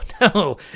no